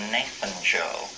Nathan-Joe